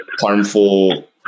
harmful